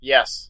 Yes